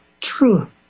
true